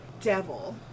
devil